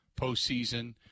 postseason –